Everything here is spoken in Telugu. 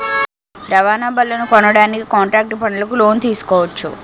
రవాణా బళ్లనుకొనడానికి కాంట్రాక్టు పనులకు లోను తీసుకోవచ్చు